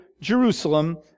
Jerusalem